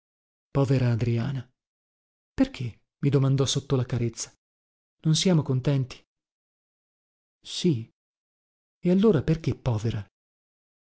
povera adriana perché mi domandò sotto la carezza non siamo contenti sì e allora perché povera